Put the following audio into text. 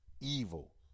Evil